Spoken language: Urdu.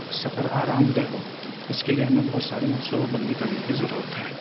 سفر آرام دہ ہو اس کے لیے ہمیں بہت سارے منصوبہ بندی کرنے کی ضرورت ہے